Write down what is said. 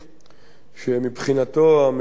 שמבחינתו המצוקה הזאת